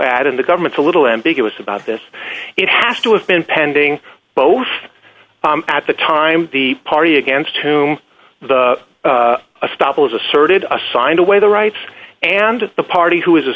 add in the government's a little ambiguous about this it has to have been pending both at the time the party against whom the stop was asserted a signed away the rights and the party who is a